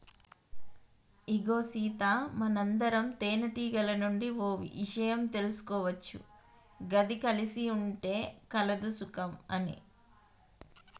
ఇగో సీత మనందరం తేనెటీగల నుండి ఓ ఇషయం తీసుకోవచ్చు గది కలిసి ఉంటే కలదు సుఖం అని